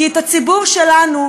כי את הציבור שלנו,